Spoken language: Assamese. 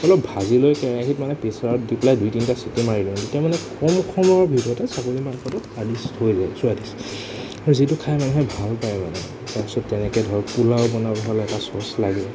অলপ ভাজি লৈ কেৰাহীত মানে প্ৰেচাৰত দি পেলাই দুই তিনিটা চিটি মাৰি লওঁ তেতিয়া মানে কম সময়ৰ ভিতৰতে ছাগলী মাংসটো আদিষ্ট হৈ যায় স্বাদিষ্ট আৰু যিটো খাই মানুহে ভাল পায় মানে তাৰপিছত তেনেকৈ ধৰক পোলাও বনাব হ'লে এটা চচ লাগে